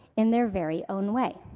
in their very own way.